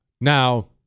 Now